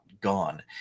gone